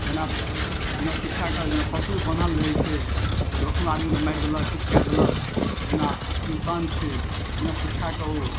जेना बिना शिक्षाके जेना पशु बन्हल रहै छै बुझियौ एखनो आदमीके मारि देलक किछु कए देलक तहिना इन्सान छै बिना शिक्षाके ओ